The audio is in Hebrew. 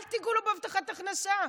אל תיגעו להם בהבטחת ההכנסה.